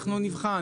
אנחנו נבחן,